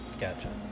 Gotcha